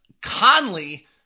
Conley